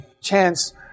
chance